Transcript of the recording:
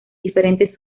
diferentes